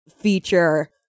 feature